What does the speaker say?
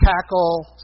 tackle